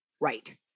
Right